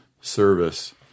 service